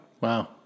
Wow